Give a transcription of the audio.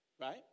right